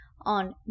on